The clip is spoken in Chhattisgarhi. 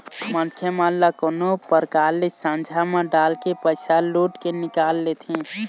मनखे मन ल कोनो परकार ले झांसा म डालके पइसा लुट के निकाल लेथें